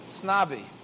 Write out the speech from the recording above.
snobby